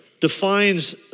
defines